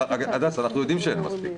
הדס, אנחנו יודעים שאין מספיק.